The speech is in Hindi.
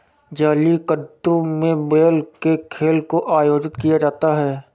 जलीकट्टू में बैल के खेल को आयोजित किया जाता है